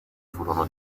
furono